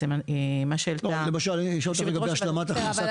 מה שהעלתה יושבת הראש --- אני